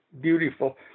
beautiful